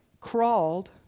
crawled